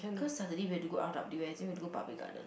cause Saturday we have to go R_W_S then we have to go Public Garden